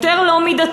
יותר לא מידתי,